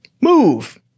move